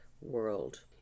world